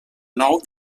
nou